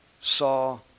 saw